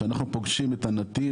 שאנחנו פוגשים את הנתין,